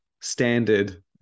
standard